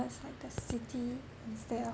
like the city instead of